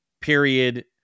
period